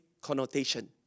connotation